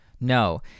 no